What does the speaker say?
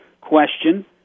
question